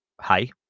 hi